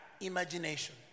imagination